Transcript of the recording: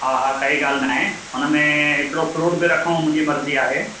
हा हा काई ॻाल्हि न आहे हुनमें हिकिड़ो फ्रूट बि रखूं मुंहिंजी मर्ज़ी आहे